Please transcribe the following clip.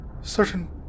certain